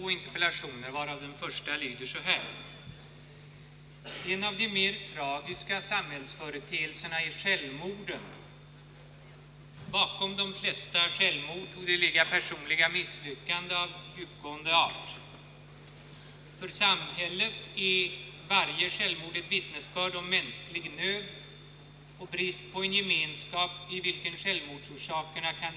Herr talman!